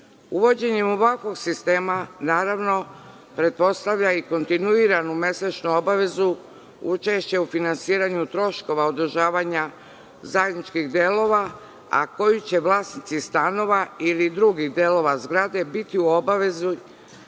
Uvođenje ovakvog sistema, naravno, pretpostavlja i kontinuiranu mesečnu obavezu učešća u finansiranju troškova održavanja zajedničkih delova, a koju će vlasnici stanova ili drugih delova zgrade biti u obavezi